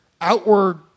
outward